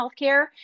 healthcare